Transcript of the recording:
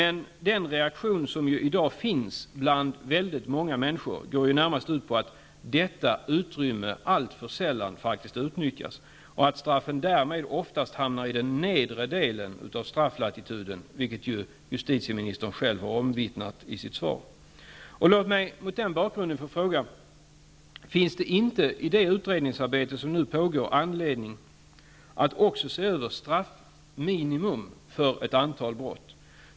Men den reaktion som väldigt många människor har i dag går närmast ut på att detta utrymme alltför sällan utnyttjas och att straffen därmed oftast hamnar i den nedre delen av strafflatituden, vilket justitieministern själv har omvittnat i sitt svar. Låt mig mot den bakgrunden få fråga: Finns det inte i det utredningsarbete som nu pågår anledning att också se över straffminimum för ett antal brott?